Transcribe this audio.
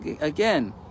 Again